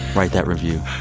write that review.